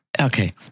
Okay